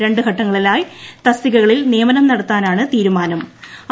രണ്ട് ഘട്ടങ്ങളിലായി തസ്തികകളിൽ നിയമനം നടത്താനാണ് തീരുമാന്റു